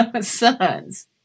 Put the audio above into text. sons